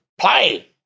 Play